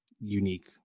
unique